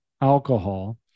alcohol